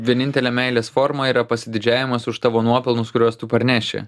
vienintelė meilės forma yra pasididžiavimas už tavo nuopelnus kuriuos tu parneši